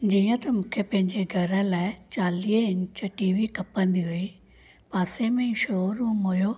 जीअं त मूंखे पंहिंजे घरु लाइ चालीह इंच टीवी खपंदी हुई पासे में शो रूम हुयो